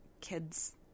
kids